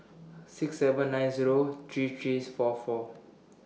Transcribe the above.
six seven nine Zero three three's four four